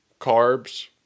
carbs